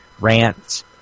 rants